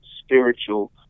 spiritual